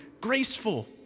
graceful